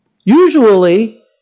Usually